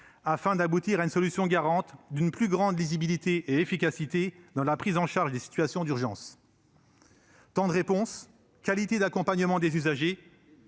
afin d'aboutir à une solution qui garantisse une plus grande lisibilité et efficacité dans la prise en charge des situations d'urgence. Temps de réponse, qualité d'accompagnement des usagers,